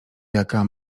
jaka